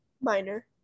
minor